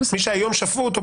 מי שהיום שפוט.